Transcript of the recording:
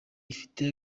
ifite